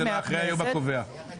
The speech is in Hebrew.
זה אחרי היום הקובע.